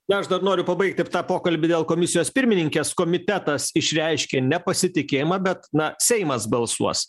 na aš dar noriu pabaigti tą pokalbį dėl komisijos pirmininkės komitetas išreiškė nepasitikėjimą bet na seimas balsuos